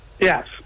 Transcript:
Yes